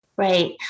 Right